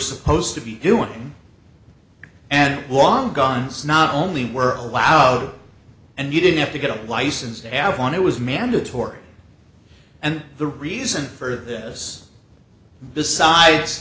supposed to be doing and long guns not only were allowed and you didn't have to get a license to add on it was mandatory and the reason for this besides